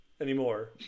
anymore